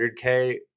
100k